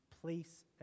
place